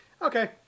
Okay